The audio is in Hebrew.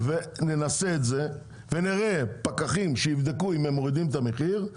וננסה את זה ונמנה פקחים שיבדקו אם הם מורידים את המחיר,